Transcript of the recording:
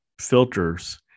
filters